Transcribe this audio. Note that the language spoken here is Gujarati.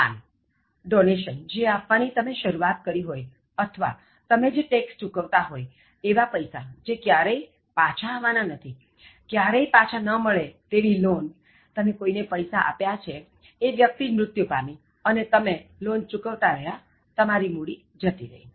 દાન ડોનેશન જે આપવાની તમે શરુઆત કરી હોય અથવા તમે જે ટેક્ષ ચૂકવતા હોયએવા પૈસા જે ક્યારેય પાછા આવવાના નથી ક્યારે પાછી ન મળે તેવી લોન તમે કોઇને પૈસા આપ્યા છે એ વ્યક્તિ જ મૃત્યું પામી અને તમે લોન ચૂકવતા રહ્યા અને તમારી મૂડી જતી રહી